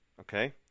okay